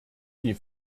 die